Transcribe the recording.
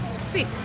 Sweet